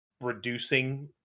reducing